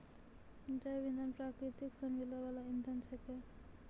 जैव इंधन प्रकृति सॅ मिलै वाल इंधन छेकै